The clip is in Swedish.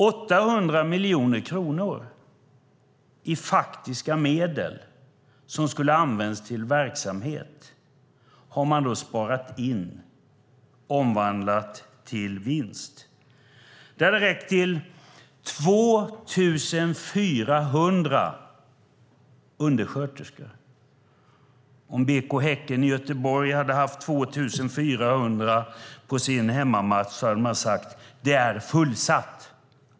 800 miljoner kronor i faktiska medel som skulle ha använts till verksamhet har man sparat in och omvandlat till vinst. Det hade räckt till 2 400 undersköterskor. Om BK Häcken i Göteborg hade haft 2 400 på sin hemmamatch hade de sagt att det är fullsatt.